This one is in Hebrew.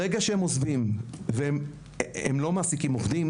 ברגע שהם עוזבים ולא מעסיקים עובדים